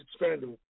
expandable